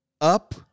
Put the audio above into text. up